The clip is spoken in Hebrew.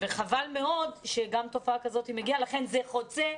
וחבל מאוד שגם תופעה כזאת מגיעה, לכן זה חוצה.